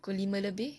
pukul lima lebih